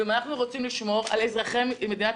אם אנחנו רוצים לשמור על אזרחי מדינת